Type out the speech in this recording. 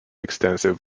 extensive